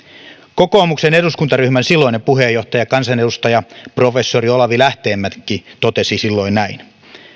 kokoomuksen eduskuntaryhmän silloinen puheenjohtaja kansanedustaja professori olavi lähteenmäki totesi silloin näin